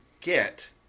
get